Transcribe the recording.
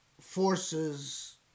forces